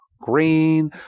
Green